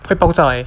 会爆炸 leh